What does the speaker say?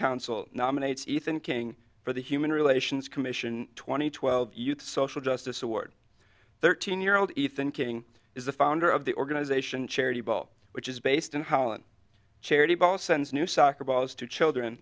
council nominates ethan king for the human relations commission two thousand and twelve youth social justice award thirteen year old ethan king is the founder of the organization charity ball which is based in holland charity both sends new soccer balls to children